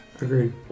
Agreed